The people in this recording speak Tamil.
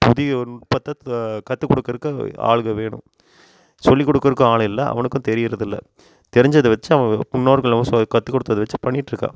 புதிய ஒரு நுட்பத்தை த கற்று கொடுக்கறக்கு ஆளுகள் வேணும் சொல்லிக் கொடுக்கறக்கும் ஆள் இல்லை அவனுக்கும் தெரியறதில்ல தெரிஞ்சதை வெச்சு அவன் முன்னோர்கள்ல அவ சொ கற்றுக் கொடுத்தத வெச்சு பண்ணிட்டுருக்கான்